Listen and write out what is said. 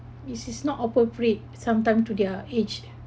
it is not appropriate sometime to their age